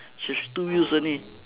she has two wheels only